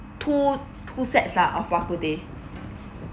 two two sets ah of bak kut teh